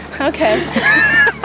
Okay